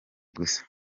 gusa